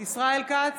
ישראל כץ,